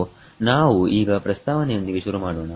ಸೋನಾವು ಈಗ ಪ್ರಸ್ತಾವನೆಯೊಂದಿಗೆ ಶುರುಮಾಡೋಣ